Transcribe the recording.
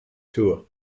tour